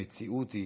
המציאות היא